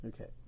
Okay